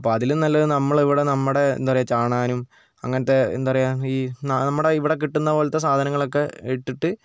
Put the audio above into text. അപ്പം അതിലും നല്ലത് നമ്മളിവിടെ നമ്മുടെ എന്താ പറയുക ചാണാനും അങ്ങനത്തെ എന്താ പറയുക ഈ നമ്മുടെ ഇവിടെ കിട്ടുന്നപോലത്തെ സാധനങ്ങളൊക്കെ ഇട്ടിട്ട്